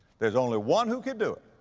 there's only one who could do it,